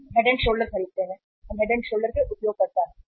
हम हेड और शोल्डर खरीदते हैं हम हेड एंड शोल्डर के उपयोगकर्ता हैं